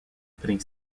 putting